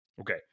Okay